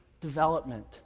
development